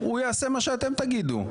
הוא יעשה מה שאתם תגידו.